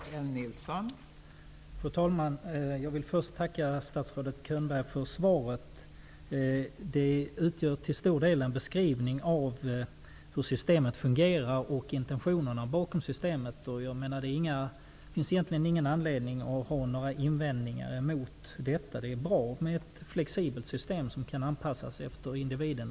Fru talman! Först vill jag tacka statsrådet Könberg för svaret. Det utgör till stor del en beskrivning av hur systemet fungerar och av intentionerna bakom systemet. Det finns egentligen ingen anledning att göra några invändningar mot detta. Det är bra om vi har ett flexibelt system som kan anpassas efter individen.